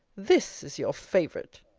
this is your favourite!